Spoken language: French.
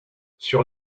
sur